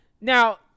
Now